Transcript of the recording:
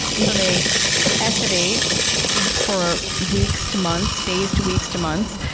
so they estivate for weeks to months, days to weeks to months.